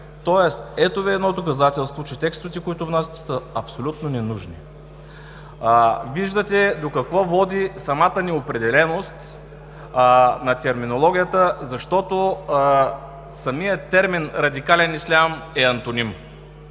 ислям. Ето Ви доказателството, че текстовете, които внасяте, са абсолютно ненужни. Виждате до какво води самата неопределеност на терминологията, а самият термин „радикален ислям“ е антоним.